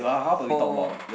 for